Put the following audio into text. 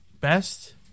best